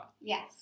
Yes